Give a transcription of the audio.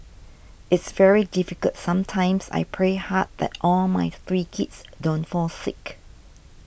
it's very difficult sometimes I pray hard that all my three kids don't fall sick